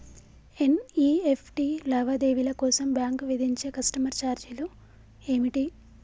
NEFT లావాదేవీల కోసం bank విధించే కస్టమర్ ఛార్జీలు ఏమిటి?